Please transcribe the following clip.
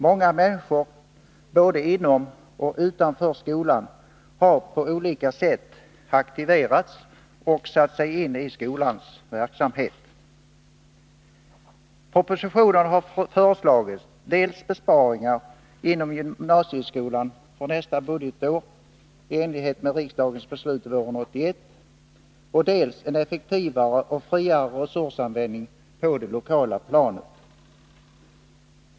Många människor — både inom och utanför skolan — har på olika sätt aktiverats och satt sig in i skolans verksamhet. Propositionen har föreslagit dels besparingar inom gymnasieskolan för nästa budgetår enligt riksdagens beslut våren 1981, dels en effektivare och friare resursanvändning på det lokala planet.